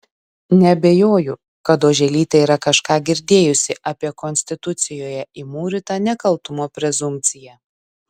neabejoju kad oželytė yra kažką girdėjusi apie konstitucijoje įmūrytą nekaltumo prezumpciją